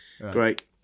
Great